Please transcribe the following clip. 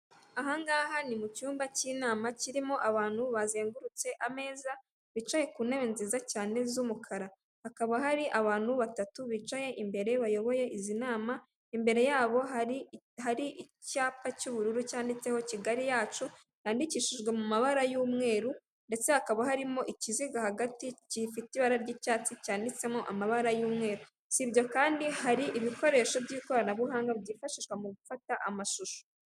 Ahangaha ni mu cyumba cy'inama kirimo abantu bazengurutse ameza bicaye ku ntebe nziza cyane z'umukara, hakaba hari abantu batatu bicaye imbere bayoboye izi nama imbere yabo hari hari icyapa cy'ubururu cyanditseho Kigali yacu yandikishijwe mu mabara y'umweru ndetse hakaba harimo ikiziga hagati gifite ibara ry'icyatsi cyanitsemo amabara y'umweru si ibyo kandi hari ibikoresho by'ikoranabuhanga byifashishwa mu gufata amashusho.